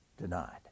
denied